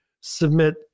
submit